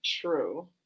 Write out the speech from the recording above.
True